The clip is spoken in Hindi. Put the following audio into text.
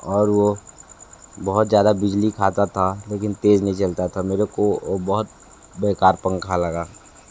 और वो बहुत ज़्यादा बिजली खाता था लेकिन तेज़ नहीं चलता था मेरे को ओ बहुत बेकार पंखा लगा